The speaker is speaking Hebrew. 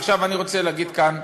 עכשיו אני רוצה להגיד כאן,